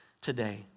today